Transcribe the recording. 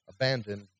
abandoned